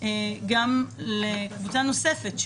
קבוצה נוספת,